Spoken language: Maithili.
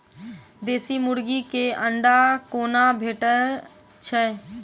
देसी मुर्गी केँ अंडा कोना भेटय छै?